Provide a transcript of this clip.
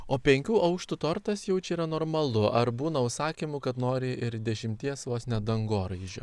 o penkių aukštų tortas jau čia yra normalu ar būna užsakymų kad nori ir dešimties vos ne dangoraižio